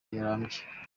rirambye